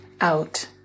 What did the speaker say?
out